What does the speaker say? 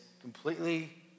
completely